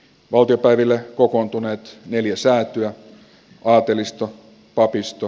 valtiopäiville kokoontuneet neljä säätyä aatelisto papisto